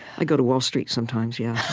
i go to wall street sometimes, yeah.